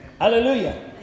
Hallelujah